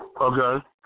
Okay